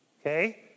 Okay